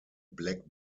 black